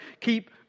keep